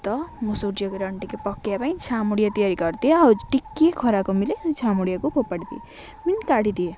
ତ ମୁଁ ସୂର୍ଯ୍ୟ କିରଣ ଟିକେ ପକାଇବା ପାଇଁ ଛାମୁଣ୍ଡିଆ ତିଆରି କରିଦିଏ ଆଉ ଟିକେ ଖରାକୁ ମିଲେ ସେ ଛଁ ମୁୁଡ଼ିଆକୁ ଫୋପାଡ଼ି ଦିଏ ମ କାଢ଼ିଦିଏ